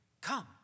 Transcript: Come